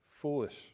foolish